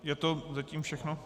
Je to zatím všechno?